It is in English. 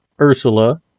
Ursula